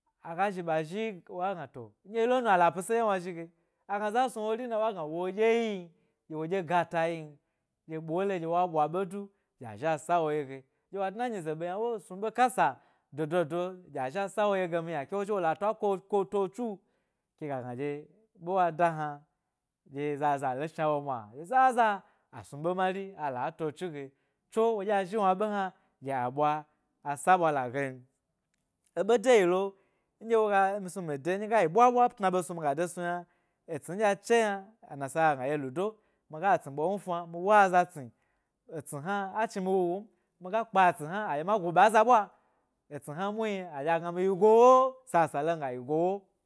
Aga zhi ɓa zhi woga gna to, nɗye yilonu ala pise dye wnazhi agna za snu wori dye wna zhi agna za snu wori na, waya gna wo dye yin, dye wo dye gata yin dye ɓole ɗye wa ɓe du dye zhi a sa wo gye, diyewa dna nyi ze ɓė yna wo snu ɓe kasa dododo gye a zhi a sa wo ye gem yna ke wo zhi ha lo ta, ko, ko to su, ke ga gna dye ɓe wa yna dye zaza lo shna wo mwa, ɗye zaza a snu ɓe mariala, to tsu ge tso wodye zhi wna ɓe hwa aɗye aɓwa asaɓwala ge n. Eba deyilo, ndye wo ga mi snu mi de nyi nga yi ɓwa ɓwa tna ɓe snu, mi ga de snu yna. Etsni nɗye a che yna anasa, ga gna ye ludo, miga etsni ɓo wnu fna mi wu azado etsni hna a chnimi wuwu m, nuga kpa etsni hna, adye ma go ɓa za ɓwa, etsni muhni aga dye mi yi gowo, sasale nga yi gowo.